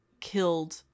killed